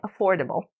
affordable